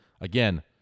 again